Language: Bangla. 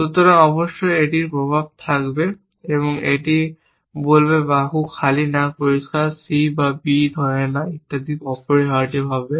সুতরাং অবশ্যই এটির প্রভাব থাকবে এটি বলবে বাহু খালি না পরিষ্কার C এবং B ধরে না ইত্যাদি অপরিহার্যভাবে